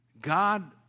God